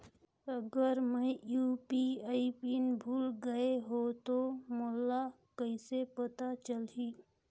अगर मैं UPI PIN भुल गये हो तो मोला कइसे पता चलही?